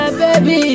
baby